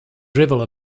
drivel